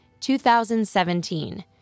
2017